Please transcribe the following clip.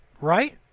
right